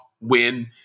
win